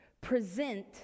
present